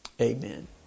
Amen